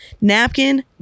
napkin